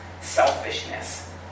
selfishness